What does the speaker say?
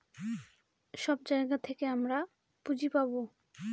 সব জায়গা থেকে আমরা পুঁজি পাবো